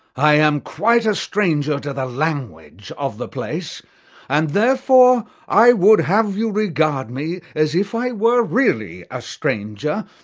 i am quite a stranger to the language of the place and therefore i would have you regard me as if i were really a stranger,